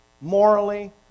morally